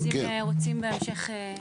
אז אם רוצים בהמשך.